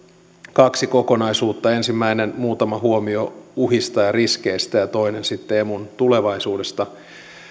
kaksi kokonaisuutta ensimmäinen on muutama huomio uhista ja riskeistä ja toinen sitten emun tulevaisuudesta